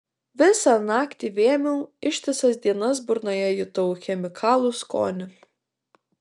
visą naktį vėmiau ištisas dienas burnoje jutau chemikalų skonį